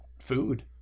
food